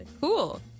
cool